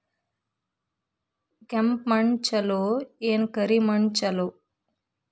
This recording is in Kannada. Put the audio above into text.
ಕೆಂಪ ಮಣ್ಣ ಛಲೋ ಏನ್ ಕರಿ ಮಣ್ಣ ಛಲೋ?